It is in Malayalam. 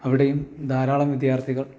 അവിടെയും ധാരാളം വിദ്യാർത്ഥികൾ